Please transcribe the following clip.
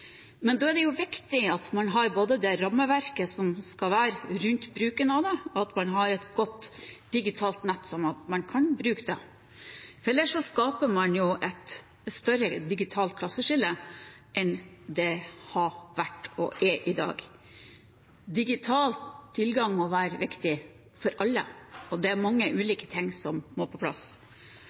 Men da er det viktig at man har både det rammeverket som skal være rundt bruken av det, og at man har et godt digitalt nett, sånn at man kan bruke det. Ellers skaper man et større digitalt klasseskille enn det har vært og er i dag. Digital tilgang må være viktig for alle, og det er mange ulike ting som må på plass.